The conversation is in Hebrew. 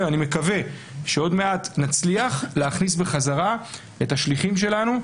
אני מקווה שעוד מעט נצליח להכניס בחזרה את השליחים שלנו.